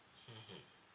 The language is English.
mmhmm